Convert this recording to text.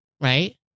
Right